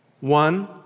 One